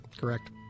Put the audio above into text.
Correct